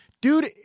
dude